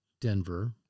Denver